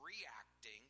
reacting